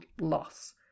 loss